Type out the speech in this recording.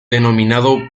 denominado